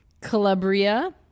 Calabria